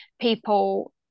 People